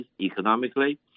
economically